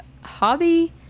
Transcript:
hobby